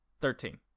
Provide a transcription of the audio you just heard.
Thirteen